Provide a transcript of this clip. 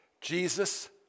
Jesus